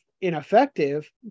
ineffective